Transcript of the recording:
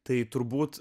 tai turbūt